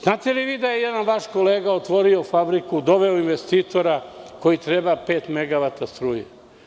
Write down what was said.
Znate li da je jedan vaš kolega otvorio fabriku, doveo investitora koji treba pet megavata struje.